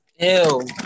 ew